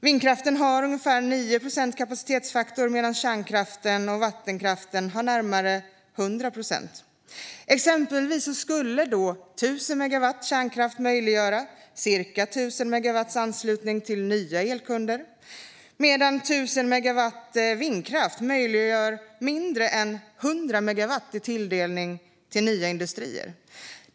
Vindkraften har ungefär 9 procent kapacitetsfaktor, medan kärnkraften och vattenkraften har närmare 100 procent. Exempelvis skulle 1 000 megawatt kärnkraft möjliggöra cirka 1 000 megawatts anslutning till nya elkunder, medan 1 000 megawatt vindkraft möjliggör mindre än 100 megawatt i tilldelning till nya industrier.